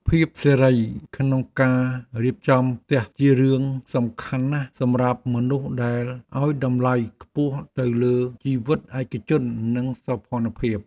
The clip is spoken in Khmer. ភាពសេរីក្នុងការរៀបចំផ្ទះជារឿងសំខាន់ណាស់សម្រាប់មនុស្សដែលឱ្យតម្លៃខ្ពស់ទៅលើជីវិតឯកជននិងសោភ័ណភាព។